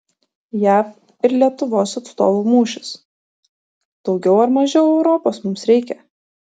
jav ir lietuvos atstovų mūšis daugiau ar mažiau europos mums reikia